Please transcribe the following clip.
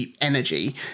energy